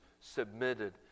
submitted